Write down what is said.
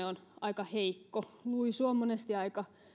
on aika heikko luisu on monesti aika